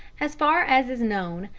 as far as is known,